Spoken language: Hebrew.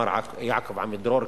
מר יעקב עמידרור,